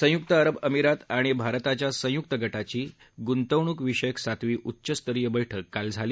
संयुक्त अरब अमिरात आणि भारताच्या संयुक्त गटाची गुंतवणूक विषयक सातवी उच्चस्तरीय बैठक काल झाली